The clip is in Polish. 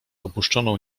opuszczoną